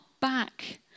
back